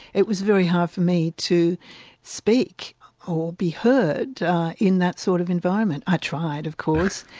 it was very hard for me to speak or be heard in that sort of environment. i tried, of course,